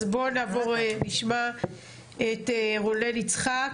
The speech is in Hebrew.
אז בואו נעבור ונשמע את רונן יצחק,